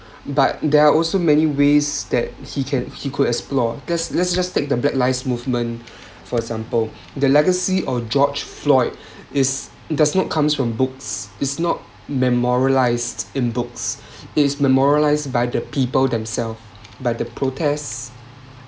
but there are also many ways that he can he could explore let’s let's just take the black lives movement for example the legacy of george floyd is does not comes from books is not memorialised in books is memorialised by the people themself by the protests